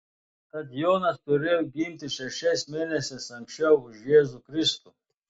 tad jonas turėjo gimti šešiais mėnesiais anksčiau už jėzų kristų